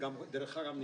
דרך אגב,